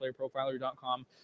playerprofiler.com